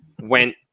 went